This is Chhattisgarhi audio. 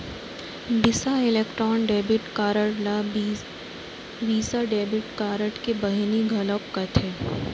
बिसा इलेक्ट्रॉन डेबिट कारड ल वीसा डेबिट कारड के बहिनी घलौक कथें